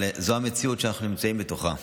זו המציאות שאנחנו נמצאים בתוכה.